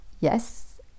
yes